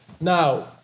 Now